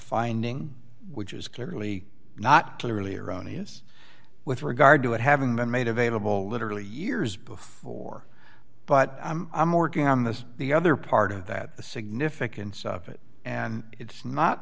finding which is clearly not clearly erroneous with regard to it having been made available literally years before but i'm working on this the other part of that the significance of it and it's not